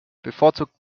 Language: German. bevorzugt